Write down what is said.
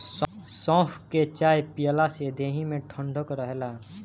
सौंफ के चाय पियला से देहि में ठंडक रहेला